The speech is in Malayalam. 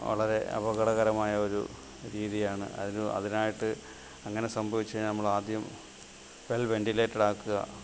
വളരെ അപകടമായ ഒരു രീതിയാണ് അതൊരു അതിനായിട്ട് അങ്ങനെ സംഭവിച്ച് കഴിഞ്ഞാൽ നമ്മൾ ആദ്യം വെൽ വെൻ്റിലേറ്റഡ് ആക്കുക